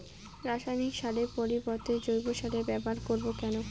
রাসায়নিক সারের পরিবর্তে জৈব সারের ব্যবহার করব কেন?